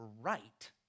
right